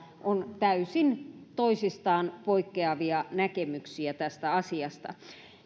on täysin toisistaan poikkeavia näkemyksiä tästä asiasta